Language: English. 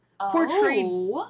portrayed